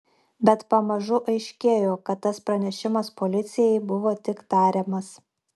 bet pamažu aiškėjo kad tas pranešimas policijai buvo tik tariamas